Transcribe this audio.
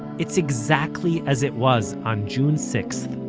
it's exactly as it was on june six,